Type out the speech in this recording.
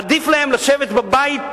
עדיף להם לשבת בבית,